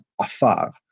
Afar